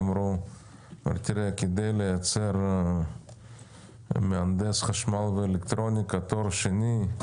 אמרו: כדי לייצר מהנדסי חשמל ואלקטרוניקה בעלי תואר שני,